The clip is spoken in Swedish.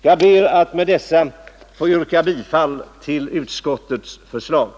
Jag ber att med dessa ord få yrka bifall till utskottets hemställan.